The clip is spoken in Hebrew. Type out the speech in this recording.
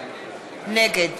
נגד